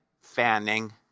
fanning